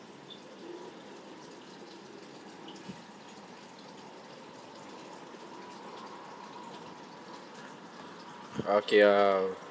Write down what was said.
okay um